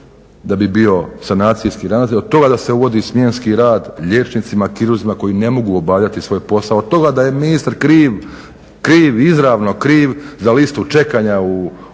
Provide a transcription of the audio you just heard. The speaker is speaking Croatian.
da bi bio sanacijski ravnatelj, od toga da se uvodi smjenski rad liječnicima, kirurzima koji ne mogu obavljati svoj posao, od toga da je ministar kriv izravno kriv za listu čekanja u bolnicama,